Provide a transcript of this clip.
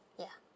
ya